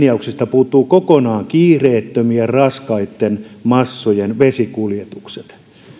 puuttuvat kokonaan kiireettömien raskaitten massojen vesikuljetukset